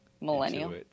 Millennial